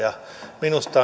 minusta